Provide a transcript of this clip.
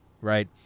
right